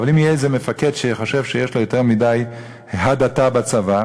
אבל אם יהיה איזה מפקד שחושב שיש לו יותר מדי הדתה בצבא,